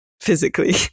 physically